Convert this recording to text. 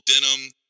denim